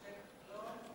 משה כחלון,